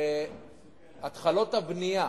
שהתחלות הבנייה